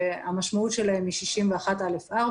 שהמשמעות היא 61(א)(4).